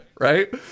right